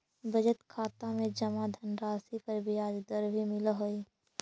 budget खाता में जमा धनराशि पर ब्याज दर भी मिलऽ हइ